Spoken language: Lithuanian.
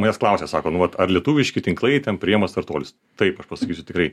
manęs klausia sako nu vat ar lietuviški tinklai ten priima startuolius taip aš pasakysiu tikrai